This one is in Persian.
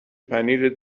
پنیر